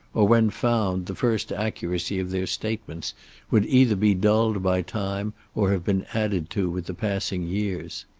or when found the first accuracy of their statements would either be dulled by time or have been added to with the passing years.